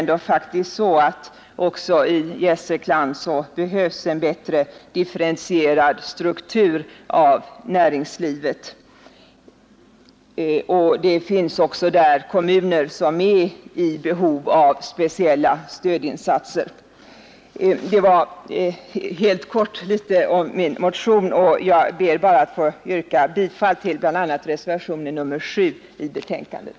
Det behövs också i Gästrikland en bättre differentierad struktur av näringslivet. Där finns också kommuner som är i behov av speciella stödinsatser. Jag ber att få yrka bifall till reservationen 7 till inrikesutskottets betänkande. pansion i Norrbotten och andra regioner med sysselsättningssvårigheter